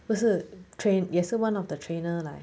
不是 train 也是 one of the trainer leh